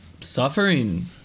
Suffering